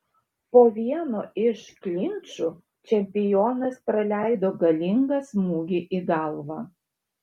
po vieno iš klinčų čempionas praleido galingą smūgį į galvą